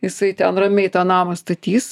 jisai ten ramiai tą namą statys